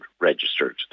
registered